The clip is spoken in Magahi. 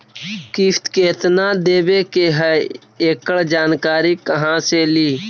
किस्त केत्ना देबे के है एकड़ जानकारी कहा से ली?